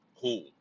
Cool